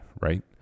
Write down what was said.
right